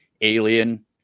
Alien